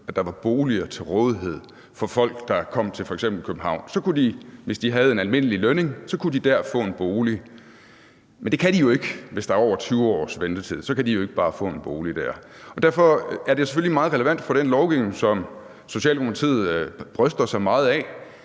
at der var boliger til rådighed for folk, der f.eks. kom til København. Hvis de havde en almindelig lønindkomst, kunne de få en bolig der, men det kan de jo ikke, hvis der er over 20 års ventetid – så kan de jo ikke bare få en bolig der. Derfor er det selvfølgelig meget relevant for den lovgivning, som Socialdemokratiet bryster sig meget af,